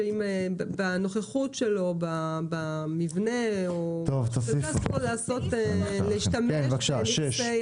שבנוכחות שלו במבנה אסור לו להשתמש בנכסי